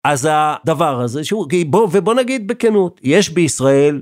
אז הדבר הזה שהוא, בואו ובואו נגיד בכנות, יש בישראל.